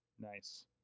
Nice